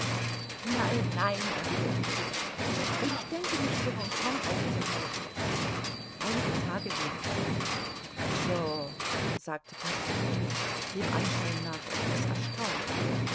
nein nein erwiderte fix und ich denke mich zu hongkong aufzuhalten einige tage wenigstens so sagte passepartout dem anschein nach etwas erstaunt